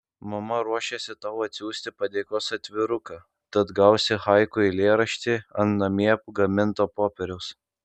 mama ruošiasi tau atsiųsti padėkos atviruką tad gausi haiku eilėraštį ant namie gaminto popieriaus